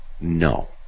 No